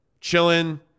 chilling